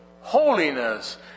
holiness